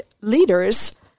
leaders